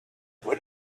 but